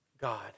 God